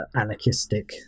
anarchistic